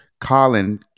Colin